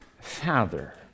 Father